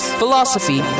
philosophy